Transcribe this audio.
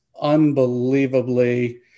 unbelievably